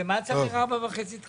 למה צריך 4.5 תקנים?